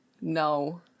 no